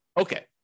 Okay